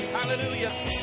Hallelujah